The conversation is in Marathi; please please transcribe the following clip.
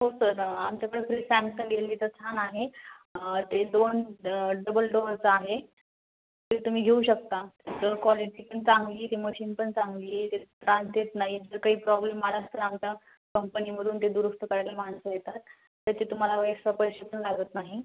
हो सर आमच्याकडे फ्रिज सॅमसंग एल जीचा छान आहे ते दोन डबल डोअरचा आहे ते तुम्ही घेऊ शकता सर क्वालिटी पण चांगली ती मशीन पण चांगली आहे ती त्रास देत नाही जर काही प्रॉब्लेम आलाच तर आमच्या कंपनीमधून ते दुरुस्त करायला माणसं येतात त्याचे तुम्हाला एक्स्ट्रा पैसे पण लागत नाही